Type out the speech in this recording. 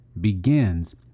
begins